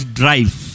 drive